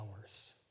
hours